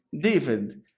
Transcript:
David